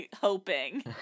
hoping